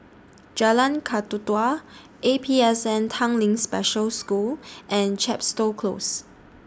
Jalan Kakatua A P S N Tanglin Special School and Chepstow Close